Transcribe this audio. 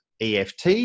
EFT